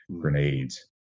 grenades